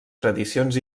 tradicions